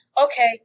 okay